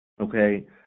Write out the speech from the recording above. okay